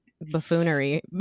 buffoonery